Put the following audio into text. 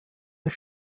des